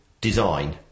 Design